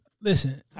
listen